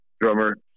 drummer